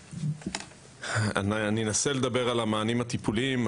אני אנסה לדבר על המענים הטיפולים.